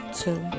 two